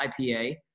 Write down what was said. IPA